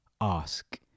ask